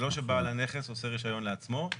זה לא שבעל הנכס עושה רישיון לעצמו,